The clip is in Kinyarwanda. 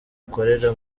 ukorera